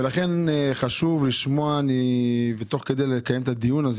לכן חשוב לשמוע ותוך כדי גם לקיים את הדיון הזה